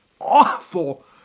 awful